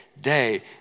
day